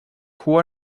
who